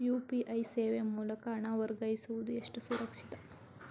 UPI ಸೇವೆ ಮೂಲಕ ಹಣ ವರ್ಗಾಯಿಸುವುದು ಎಷ್ಟು ಸುರಕ್ಷಿತ?